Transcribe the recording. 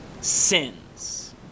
sins